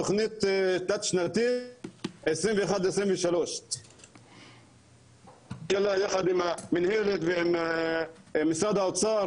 תוכנית תלת-שנתי 21-23 יחד עם המנהלת ועם משרד האוצר